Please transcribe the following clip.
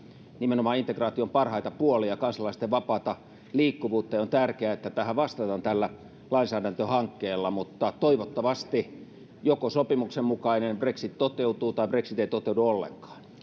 nimenomaan integraation parhaita puolia kansalaisten vapaata liikkuvuutta ja on tärkeää että tähän vastataan tällä lainsäädäntöhankkeella mutta toivottavasti joko sopimuksen mukainen brexit toteutuu tai brexit ei toteudu ollenkaan